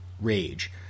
rage